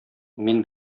мин